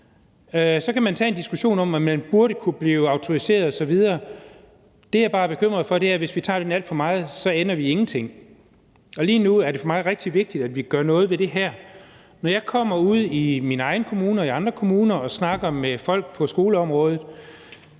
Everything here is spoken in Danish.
Så kan vi få en diskussion om, om man burde kunne blive autoriseret osv. Det, jeg bare er bekymret for, er, at hvis vi tager den diskussion alt for meget, ender vi i ingenting. Og lige nu er det for mig rigtig vigtigt, at vi gør noget ved det her. Når jeg kommer ud i min egen kommune og i andre kommuner og snakker med folk på skoleområdet,